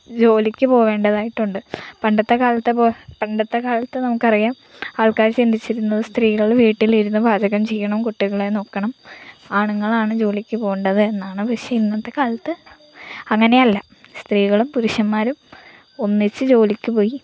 ജോലിക്ക് പോകേണ്ടതായിട്ടുണ്ട് പണ്ടത്തെ കാലത്തെ പോ പണ്ടത്തെ കാലത്ത് നമുക്കറിയാം ആൾക്കാർ ചിന്തിച്ചിരുന്നത് സ്ത്രീകൾ വീട്ടിലിരുന്ന് പാചകം ചെയ്യണം കുട്ടികളെ നോക്കണം ആണുങ്ങളാണ് ജോലിക്ക് പോകേണ്ടത് എന്നാണ് പക്ഷേ ഇന്നത്തെ കാലത്ത് അങ്ങനെയല്ല സ്ത്രീകളും പുരുഷന്മാരും ഒന്നിച്ച് ജോലിക്ക് പോയി